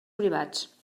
privats